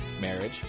marriage